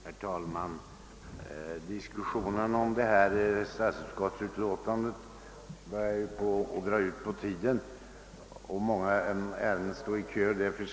Herr talman! Diskussionen om förevarande utlåtande från statsutskottet börjar ju dra ut på tiden, och många ärenden står därefter i kö.